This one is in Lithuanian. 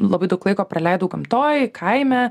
labai daug laiko praleidau gamtoj kaime